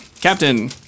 Captain